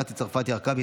מטי צרפתי הרכבי,